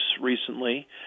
recently